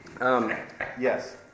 Yes